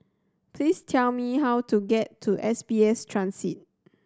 please tell me how to get to S B S Transit